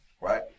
right